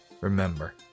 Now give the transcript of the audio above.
remember